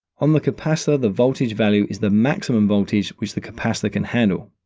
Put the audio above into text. on the capacitor, the voltage value is the maximum voltage which the capacitor can handle.